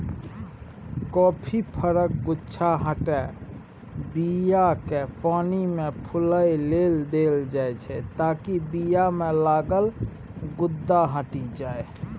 coffee फरक गुद्दा हटाए बीयाकेँ पानिमे फुलए लेल देल जाइ ताकि बीयामे लागल गुद्दा हटि जाइ